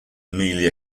merely